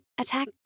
attack